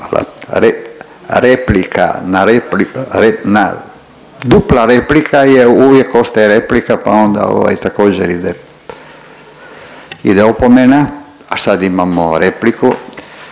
dupla replika je uvijek ostaje replika pa onda ovaj također ide, ide opomena. A sad imamo repliku